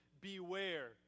beware